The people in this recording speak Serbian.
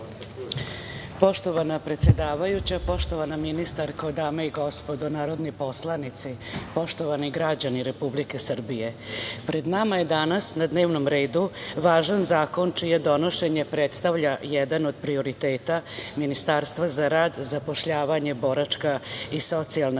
Poštovana predsedavajuća, poštovana ministarko, dame i gospodo narodni poslanici, poštovani građani Republike Srbije, pred nama je danas na dnevnom redu važan zakon čije donošenje predstavlja jedan od prioriteta Ministarstva za rad, zapošljavanje, boračka i socijalna